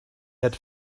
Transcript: had